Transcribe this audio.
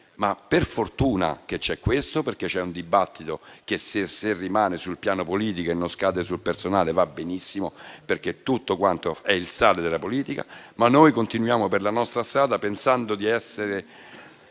ma per fortuna che è così perché c'è un dibattito che, se rimane sul piano politico e non scade sul personale, va benissimo, è il sale della politica. Noi continuiamo per la nostra strada pensando di averla